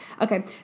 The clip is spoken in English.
Okay